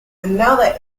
another